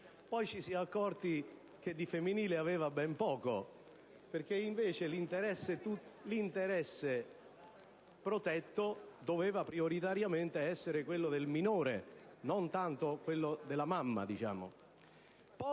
poi ci si è accorti che di femminile aveva ben poco, perché l'interesse protetto doveva prioritariamente essere quello del minore, e non tanto quello della mamma.